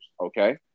okay